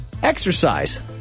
Exercise